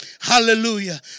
Hallelujah